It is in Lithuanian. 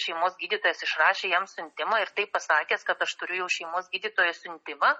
šeimos gydytojas išrašė jam siuntimą ir taip pasakęs kad aš turiu jau šeimos gydytojo siuntimą